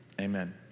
Amen